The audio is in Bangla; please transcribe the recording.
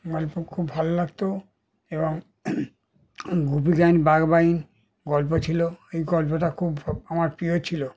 গল্প খুব ভালো লাগত এবং গুপি গাইন বাঘা বাইন গল্প ছিল এই গল্পটা খুব আমার প্রিয় ছিল